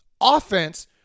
Offense